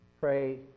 Pray